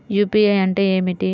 UPI అంటే ఏమిటీ?